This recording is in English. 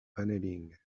panelling